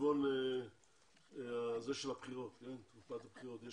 חשבון התשדירים של תקופת הבחירות.